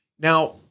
Now